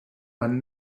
man